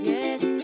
Yes